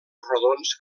rodons